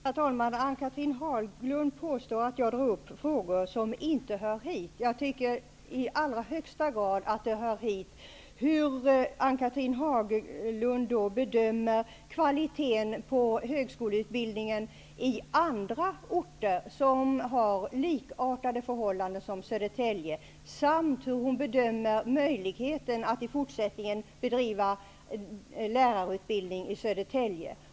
Herr talman! Ann-Cathrine Haglund påstår att jag tar upp frågor som inte hör hit. Jag tycker i allra högsta grad att det hör hit hur Ann-Cathrine Haglund bedömer högskoleutbildningen i andra orter som har likartade förhållanden som Södertälje samt hur hon bedömer möjligheten att i fortsättningen bedriva lärarutbildning i Södertälje.